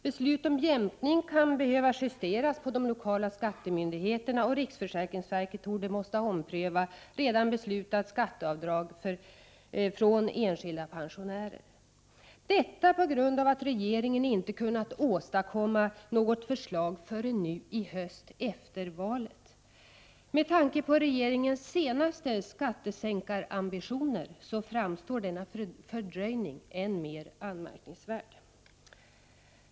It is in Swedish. Beslut om jämkning kan behöva justeras på de lokala skattemyndigheterna, och riksförsäkringsverket torde få ompröva redan beslutat skatteavdrag från enskilda pensionärer — detta på grund av att regeringen inte kunnat åstadkomma något förslag förrän nu i höst efter valet. Med tanke på regeringens senaste skattesänkarambitioner, framstår denna fördröjning som än mer anmärkningsvärd.